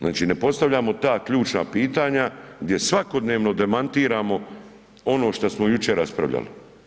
Znači, ne postavljamo ta ključna pitanja gdje svakodnevno demantiramo ono šta smo jučer raspravljali.